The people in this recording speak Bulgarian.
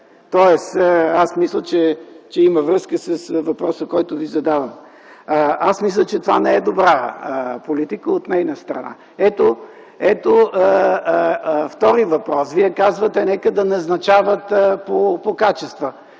Тоест смятам, че има връзка с въпроса, който Ви задавам. Аз мисля, че това не е добра политика от нейна страна. Ето втори въпрос. Вие казвате – нека да назначават по качества.